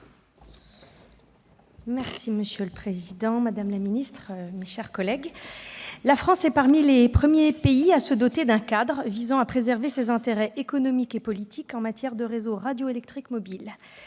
Monsieur le président, madame la secrétaire d'État, mes chers collègues, la France est parmi les premiers pays à se doter d'un cadre visant à préserver ses intérêts économiques et politiques en matière de réseaux radioélectriques mobiles.